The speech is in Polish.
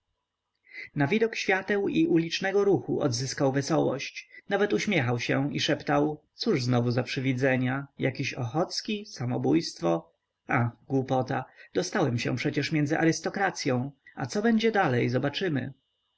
na widok świateł i ulicznego ruchu odzyskał wesołość nawet uśmiechał się i szeptał cóż znowu za przywidzenia jakiś ochocki samobójstwo ach głupota dostałem się przecież między arystokracyą a co będzie dalej zobaczymy